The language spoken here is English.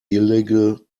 illegal